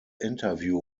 interview